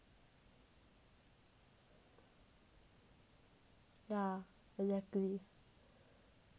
yeah exactly